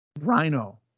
Rhino